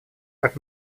так